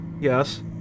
Yes